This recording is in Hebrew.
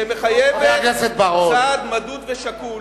מעלים, מורידים, שמחייבת צעד מדוד ושקול.